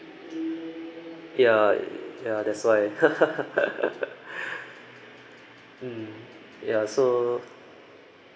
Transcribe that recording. ya ya that's why mm ya so